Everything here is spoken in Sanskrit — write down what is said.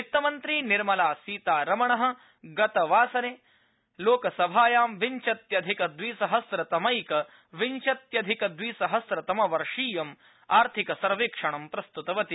वित्तमन्त्री निर्मला सीतारमण गतवासरे लोकसभायाम विंशत्यधिक द्रिसहस्रतमैक विंशत्यधिक द्रिसहस्रतम वर्षीयम आर्थिक सर्वेक्षण प्रस्तृतवती